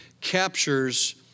captures